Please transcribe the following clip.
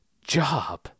job